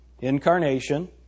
incarnation